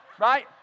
right